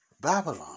Babylon